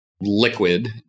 liquid